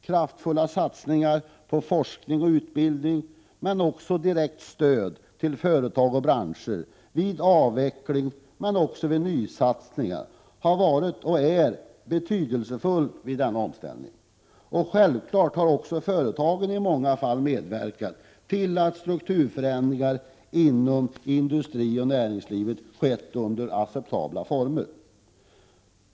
Kraftfulla satsningar på forskning och utbildning men också direkt stöd till företag och branscher vid avveckling samt vid nya satsningar har varit och är betydelsefulla vid denna omställning. Självfallet har företagen också i många fall medverkat till att strukturförändringarna inom industrin och näringslivet skett under acceptabla former.